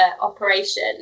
operation